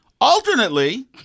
Alternately